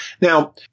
Now